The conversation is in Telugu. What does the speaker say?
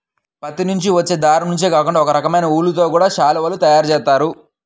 పత్తి నుంచి వచ్చే దారం నుంచే కాకుండా ఒకరకమైన ఊలుతో గూడా శాలువాలు తయారు జేత్తన్నారు